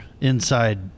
inside